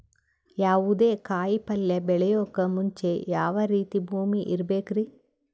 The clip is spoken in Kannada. ಯಾವುದೇ ಕಾಯಿ ಪಲ್ಯ ಬೆಳೆಯೋಕ್ ಮುಂಚೆ ಯಾವ ರೀತಿ ಭೂಮಿ ಇರಬೇಕ್ರಿ?